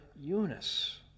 Eunice